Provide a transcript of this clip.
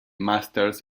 masters